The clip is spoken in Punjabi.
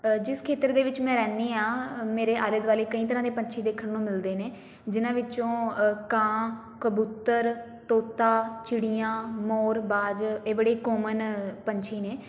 ਜਿਸ ਖੇਤਰ ਦੇ ਵਿੱਚ ਮੈਂ ਰਹਿੰਦੀ ਹਾਂ ਮੇਰੇ ਆਲੇ ਦੁਆਲੇ ਕਈ ਤਰ੍ਹਾਂ ਦੇ ਪੰਛੀ ਦੇਖਣ ਨੂੰ ਮਿਲਦੇ ਨੇ ਜਿਨ੍ਹਾਂ ਵਿੱਚੋਂ ਕਾਂ ਕਬੂਤਰ ਤੋਤਾ ਚਿੜੀਆਂ ਮੋਰ ਬਾਜ਼ ਇਹ ਬੜੇ ਕੋਮਨ ਪੰਛੀ ਨੇ